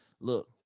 look